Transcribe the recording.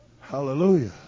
Hallelujah